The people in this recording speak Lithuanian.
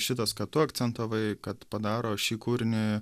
šitas ką tu akcentavai kad padaro šį kūrinį